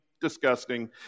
Disgusting